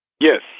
Yes